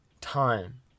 time